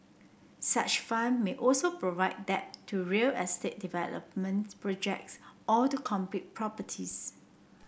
such fund may also provide debt to real estate development projects or to completed properties